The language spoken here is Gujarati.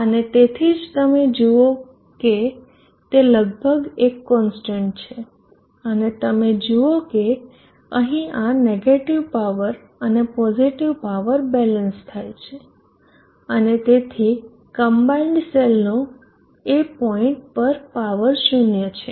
અને તેથી જ તમે જુઓ કે તે લગભગ એક કોન્સ્ટન્ટ છે અને તમે જુઓ કે અહીં આ નેગેટીવ પાવર અને પોઝીટીવ પાવર બેલેન્સ થાય છે અને તેથી કમ્બાઈન્ડ સેલ નો એ પોઈન્ટ પર પાવર 0 છે